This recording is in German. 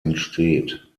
entsteht